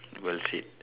well said